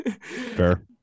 Fair